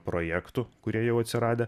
projektų kurie jau atsiradę